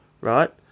right